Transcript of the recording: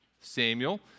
Samuel